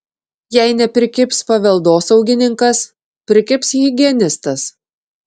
jei neprikibs paveldosaugininkas prikibs higienistas